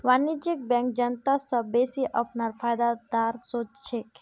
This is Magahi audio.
वाणिज्यिक बैंक जनता स बेसि अपनार फायदार सोच छेक